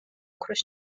ოქროს